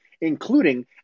including